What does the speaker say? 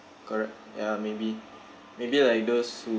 correct ya maybe maybe like those